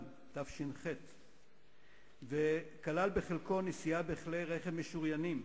תש"ח וכלל בחלקו נסיעה בכלי-רכב משוריינים,